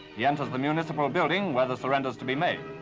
he enters the municipal building where the surrender is to be made.